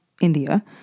India